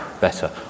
better